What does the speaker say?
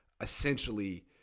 essentially